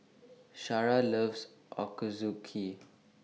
Shara loves Ochazuke